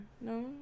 No